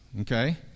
Okay